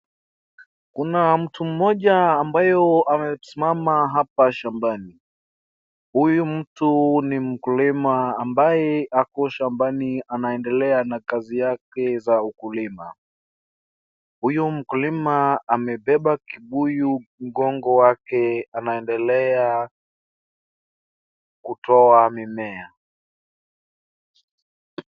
Kuna mtu mmoja ambayo amesimama shambani, uyu mtu ni mkulima ambaye ako shambani anaendelea na kazi zake za ukulima, uyu mkulima amebeba kibuyu mgongo wake anaendelea kutoa mimea.